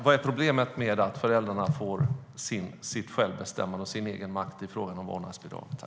Vad är problemet med att föräldrarna får sitt självbestämmande och sin egenmakt i frågan om vårdnadsbidraget?